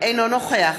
אינו נוכח